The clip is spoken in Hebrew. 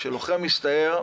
שכשלוחם מסתער,